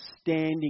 standing